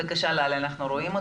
בבקשה, ללי, אנחנו רואים אותך.